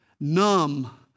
numb